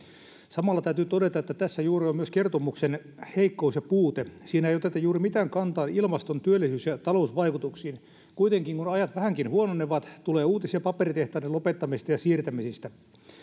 samalla täytyy todeta että tässä juuri on myös kertomuksen heikkous ja puute siinä ei oteta juuri mitään kantaa ilmaston työllisyys ja talousvaikutuksiin kuitenkin kun ajat vähänkin huononevat tulee uutisia paperitehtaiden lopettamisista ja siirtämisistä